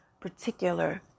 particular